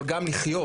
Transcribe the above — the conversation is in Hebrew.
אבל גם לחיות,